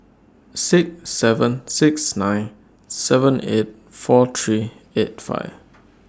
six seven six nine seven eight four three eight five